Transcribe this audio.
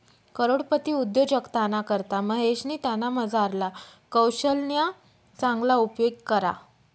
करोडपती उद्योजकताना करता महेशनी त्यानामझारला कोशल्यना चांगला उपेग करा